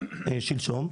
שלשום,